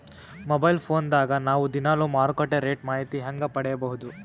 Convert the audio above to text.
Mobile phone ದಾಗ ನಾವು ದಿನಾಲು ಮಾರುಕಟ್ಟೆ ರೇಟ್ ಮಾಹಿತಿ ಹೆಂಗ ಪಡಿಬಹುದು?